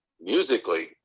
musically